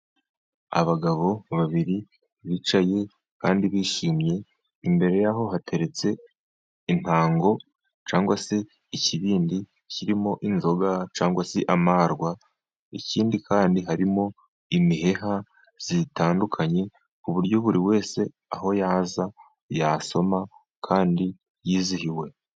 Abagabo babiri bicaye kandi bishimye, imbere yaho hateretse intango cyangwa se ikibindi kirimo inzoga cyangwa se amarwa, ikindi kandi harimo imiheha itandukanye ku buryo buri wese aho yaza, yasoma kandi yizihiwe.